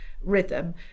rhythm